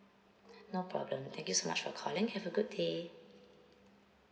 no problem thank you so much for calling have a good day